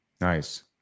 Nice